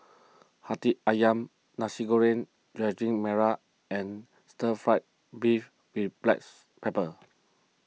Hati Ayam Nasi Goreng Daging Merah and Stir Fry Beef with Blacks Pepper